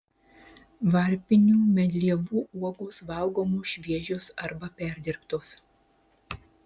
varpinių medlievų uogos valgomos šviežios arba perdirbtos